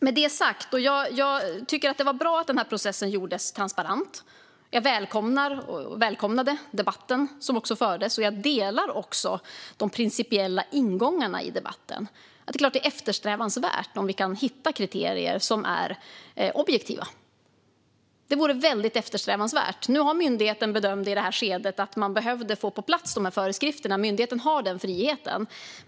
Med det sagt: Jag tycker att det var bra att processen gjordes transparent. Jag välkomnar, och jag välkomnade, debatten som fördes, och jag delar också de principiella ingångarna i debatten. Det är såklart eftersträvansvärt att vi kan hitta kriterier som är objektiva. Nu har myndigheten bedömt i det här skedet att man behövde få de här föreskrifterna på plats. Myndigheten har den friheten.